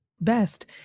best